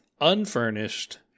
unfurnished